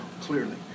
Clearly